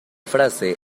frase